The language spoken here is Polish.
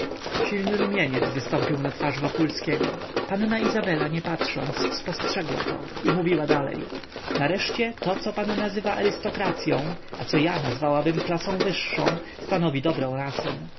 silny rumieniec wystąpił na twarz wokulskiego panna izabela nie patrząc spostrzegła to i mówiła dalej nareszcie to co pan nazywa arystokracyą a co ja nazwałabym klasą wyższą stanowi dobrą rasę